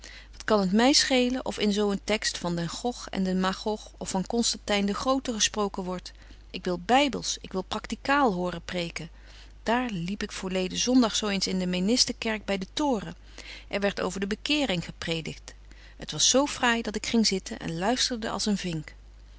wat kan t my schelen of in zo een text van den gog en den magog of van constantyn den groten gesproken wordt ik wil bybels ik wil practicaal horen preken daar liep ik voorleden zondag zo eens in de meniste kerk by den toren er werdt over de bekéring gepredikt t was zo fraai dat ik ging zitten en luisterde als een vink